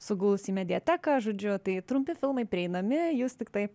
suguls į mediateką žodžiu tai trumpi filmai prieinami jūs tiktai